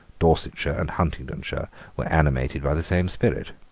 dorsetshire and huntingdonshire were animated by the same spirit.